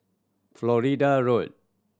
Florida Road